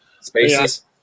Spaces